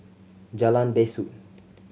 Jalan Besut